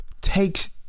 takes